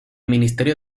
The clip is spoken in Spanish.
ministerio